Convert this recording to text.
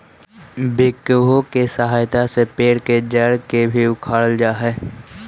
backhoe के सहायता से पेड़ के जड़ के भी उखाड़ल जा हई